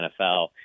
nfl